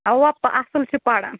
اَوا اَصٕل چھِ پَران